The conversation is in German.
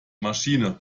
maschine